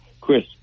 Chris